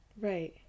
Right